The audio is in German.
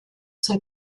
zur